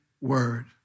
word